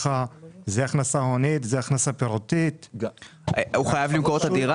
זו הכנסה הונית וזו הכנסה פירותית -- הוא חייב למכור את הדירה?